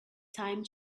time